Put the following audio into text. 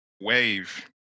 wave